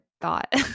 thought